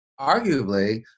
arguably